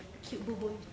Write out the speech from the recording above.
cute boboi